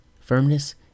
Firmness